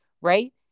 right